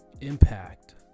impact